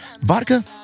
Vodka